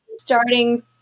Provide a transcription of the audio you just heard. starting